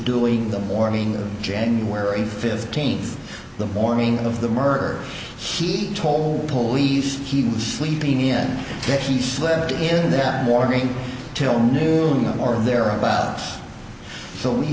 doing the morning of january fifteenth the morning of the murder he told police he sleeping in bed he slept in that morning til noon or thereabouts so we